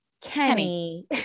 Kenny